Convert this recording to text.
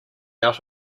out